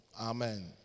Amen